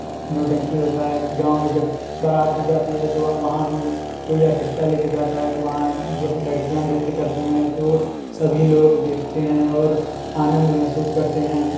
नौटंकी होता है गाँव में जब बारात भी जाती है तो वहाँ भी कोई आर्केस्ट्रा ले कर जाता है तो वहाँ जब लड़कियाँ नृत्य करती है तो सभी लोग देखते हैं और आनंद महसूस करते हैं